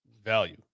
Value